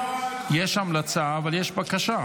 --- יש המלצה אבל יש בקשה.